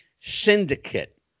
syndicate